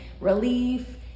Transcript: relief